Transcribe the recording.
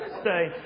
stay